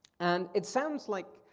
and it sounds like,